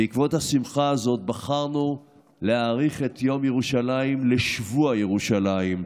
בעקבות השמחה הזאת בחרנו להאריך את יום ירושלים לשבוע ירושלים,